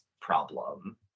problem